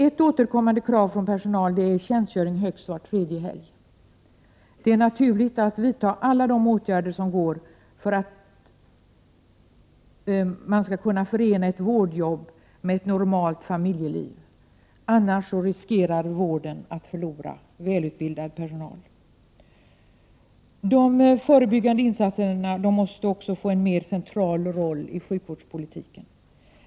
Ett återkommande krav från personalen är tjänstgöring högst var tredje helg. Det är naturligt att vidta alla tänkbara åtgärder för att man skall kunna förena ett vårdarbete med normalt familjeliv. Annars riskerar vården att förlora välutbildad personal. De förebyggande insatserna måste också få en mer central roll i sjukvårdspolitiken.